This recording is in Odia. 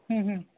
ହୁଁ ହୁଁ